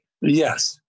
Yes